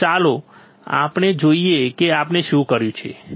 તો ચાલો આપણે જોઈએ કે આપણે શું કર્યું છે